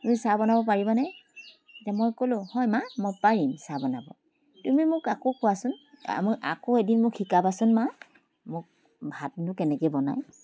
তুমি চাহ বনাব পাৰিবানে মই ক'লোঁ হয় মা মই পাৰিম চাহ বনাব তুমি মোক আকৌ কোৱাঁচোন আম' আকৌ এদিন মোক শিকাবাচোন মা মোক ভাতনো কেনেকৈ বনায়